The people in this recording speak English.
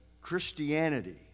Christianity